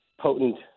potent